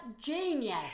genius